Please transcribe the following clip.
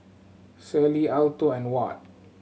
Sally Alto and Watt